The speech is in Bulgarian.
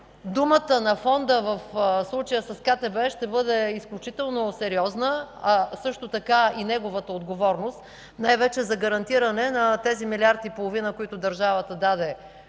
думата на Фонда в случая с КТБ ще бъде изключително сериозна, а също така и неговата отговорност – най-вече за гарантиране на тези милиард и половина, които държавата даде